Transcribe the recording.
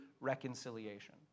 reconciliation